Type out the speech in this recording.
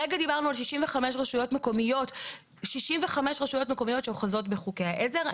הרגע דיברנו על 65 רשויות מקומיות שאוחזות בחוקי העזר.